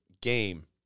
game